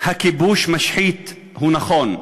"הכיבוש משחית" הוא נכון,